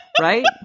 Right